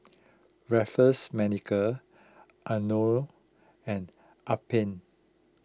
Raffles Medical Anello and Alpen